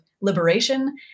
liberation